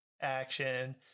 action